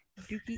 Dookie